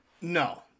No